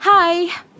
Hi